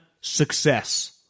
success